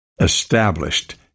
established